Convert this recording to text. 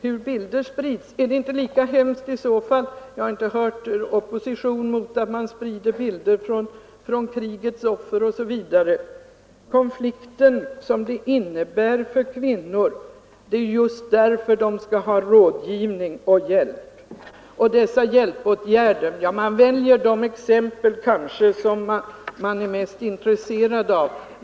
Men är det i så fall inte lika hemskt — det har jag dock inte hört någon opposition emot — att man sprider bilder som visar krigets offer, osv. Det är just därför att en abortsituation innebär en konflikt för kvinnor som de skall ha rådgivning och hjälp. När det gäller dessa hjälpåtgärder väljer motståndarna de exempel som de är mest intresserade av att visa upp.